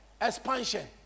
Expansion